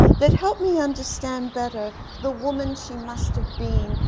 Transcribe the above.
that helped me understand better the woman she must have been,